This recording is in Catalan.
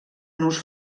nus